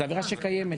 זה עבירה שקיימת.